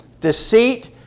Deceit